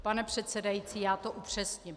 Pane předsedající, já to upřesním.